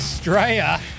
Australia